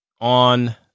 on